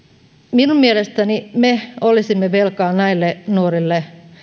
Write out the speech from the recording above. minun mielestäni me olisimme velkaa näille nuorille